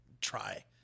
try